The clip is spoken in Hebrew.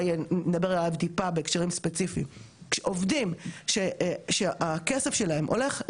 כשעובדים שהכסף שלהם הולך ללכת לטובת הכלל לצורך העניין,